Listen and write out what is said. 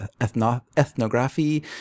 Ethnography